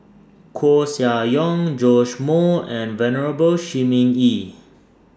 Koeh Sia Yong Joash Moo and Venerable Shi Ming Yi